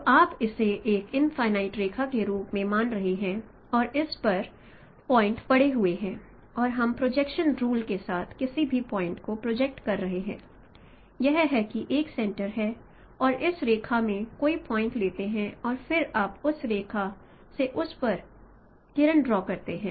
तो आप इसे एक इन्फाईनाइट रेखा के रूप में मान रहे हैं और इस पर पॉइंट पड़े हुए हैं और हम प्रोजेक्शन रूल के साथ किसी भी पॉइंट को प्रोजेक्ट कर रहे हैं यह है कि एक सेंटर है और इस रेखा में कोई पॉइंट लेते हैं और फिर आप उस रेखा से उस पर किरण ड्रॉ करते हैं